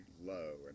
low